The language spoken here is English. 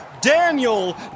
Daniel